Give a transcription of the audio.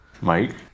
Mike